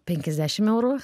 penkiasdešim eurų